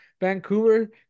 Vancouver